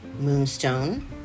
moonstone